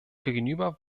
gegenüber